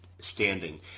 standing